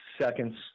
seconds